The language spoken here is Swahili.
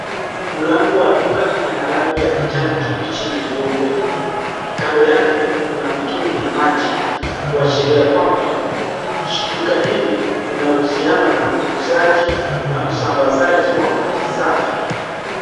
Mlango wa duka ina rangi ya kijani kibichi na nyeupe. Kando yake kuna mitungi ya maji, kuashiria kwamba duka hili linahusiana na uuzaji na usambazaji wa maji safi.